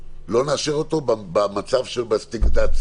בטח בפריפריה